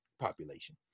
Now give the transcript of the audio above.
population